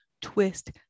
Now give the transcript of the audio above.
twist